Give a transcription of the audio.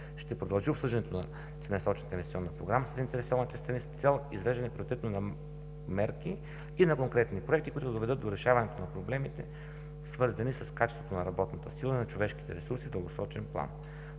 Ще продължи обсъждането на Целенасочената инвестиционна програма със заинтересованите страни, с цел извеждане приоритетно на мерки и конкретни проекти, които да доведат до решаването на проблемите, свързани с качеството на работната сила и човешките ресурси в дългосрочен план.